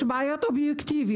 אם יש בעיות אובייקטיביות,